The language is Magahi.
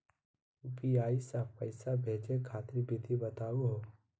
यू.पी.आई स पैसा भेजै खातिर विधि बताहु हो?